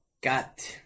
got